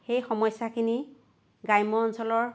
সেই সমস্যাখিনি গ্ৰাম্য অঞ্চলৰ